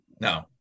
no